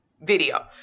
video